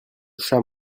chat